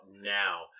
now